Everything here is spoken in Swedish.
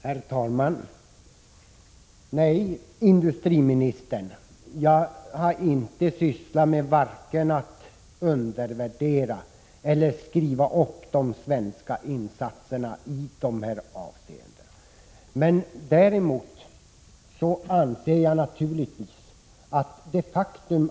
Herr talman! Nej, industriministern, jag har inte sysslat med att vare sig undervärdera eller skriva upp de svenska insatserna i de här avseendena.